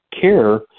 care